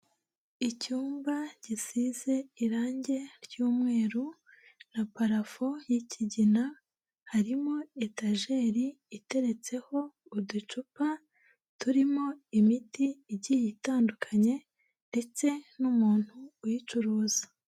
Icyumba gisize irangi ry'umweru na parafu y'ikigina, harimo etajeri iteretseho uducupa turimo imiti igiye itandukanye ndetse n'umuntu uyicuruza.